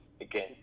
again